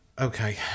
Okay